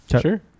Sure